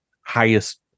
highest